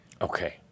Okay